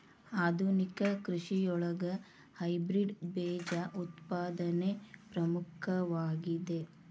ಆಧುನಿಕ ಕೃಷಿಯೊಳಗ ಹೈಬ್ರಿಡ್ ಬೇಜ ಉತ್ಪಾದನೆ ಪ್ರಮುಖವಾಗಿದೆ